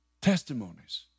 testimonies